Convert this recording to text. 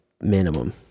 minimum